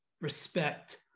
respect